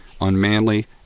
unmanly